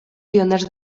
pioners